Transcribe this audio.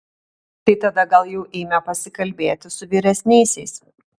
tai tada gal jau eime pasikalbėti su vyresniaisiais